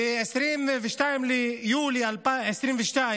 ב-22 ביולי 2022